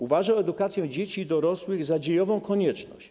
Uważał edukację dzieci i dorosłych za dziejową konieczność.